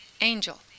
Angel